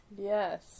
yes